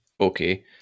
okay